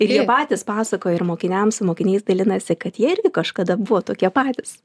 ir jie patys pasakoja ir mokiniams su mokiniais dalinasi kad jie irgi kažkada buvo tokie patys